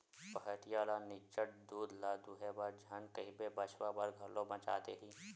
पहाटिया ल निच्चट दूद ल दूहे बर झन कहिबे बछवा बर घलो बचा देही